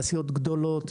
תעשיות גדולות,